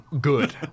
good